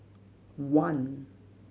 one